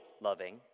loving